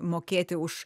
mokėti už